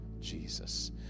Jesus